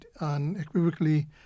unequivocally